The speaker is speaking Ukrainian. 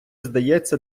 здається